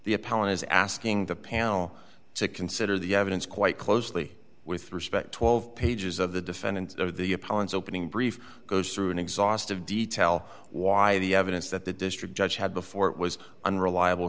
the palin is asking the panel to consider the evidence quite closely with respect twelve pages of the defendant of the pollens opening brief goes through an exhaustive detail why the evidence that the district judge had before it was unreliable